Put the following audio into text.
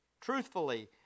truthfully